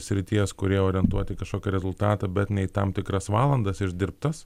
srities kurie orientuoti į kažkokį rezultatą bet ne į tam tikras valandas išdirbtas